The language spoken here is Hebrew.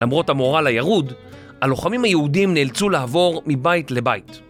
למרות המורל הירוד, הלוחמים היהודים נאלצו לעבור מבית לבית.